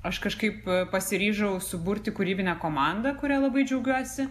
aš kažkaip pasiryžau suburti kūrybinę komandą kuria labai džiaugiuosi